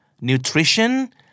nutrition